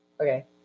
Okay